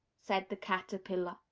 said the caterpillar.